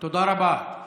תודה רבה.